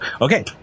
Okay